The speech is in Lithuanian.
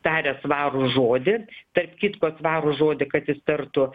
taria svarų žodį tarp kitko svarų žodį kad jis tartų